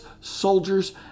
soldiers